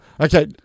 Okay